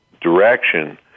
direction